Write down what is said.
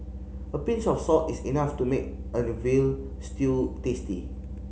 a pinch of salt is enough to make an veal stew tasty